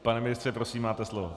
Pane ministře, prosím, máte slovo.